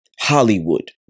Hollywood